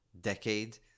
decade